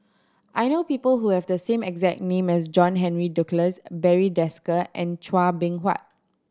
I know people who have the same exact name as John Henry Duclos Barry Desker and Chua Beng Huat